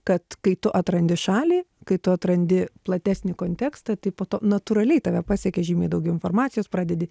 kad kai tu atrandi šalį kai tu atrandi platesnį kontekstą tai po to natūraliai tave pasiekia žymiai daugiau informacijos pradedi